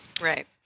Right